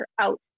out